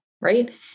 Right